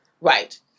Right